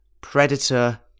Predator